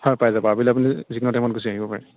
হয় পাই যাব আবেলি আপুনি যিকোনো টাইমত গুচি আহিব পাৰে